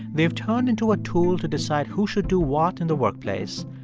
they've turned into a tool to decide who should do what in the workplace,